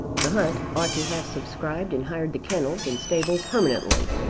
the hunt ought to have subscribed and hired the kennels and stables permanently.